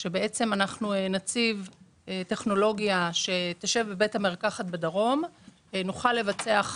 בעצם להציב טכנולוגיה שתשב בבית המרקחת בדרום כך שנוכל לבצע את